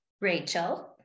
Rachel